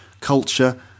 culture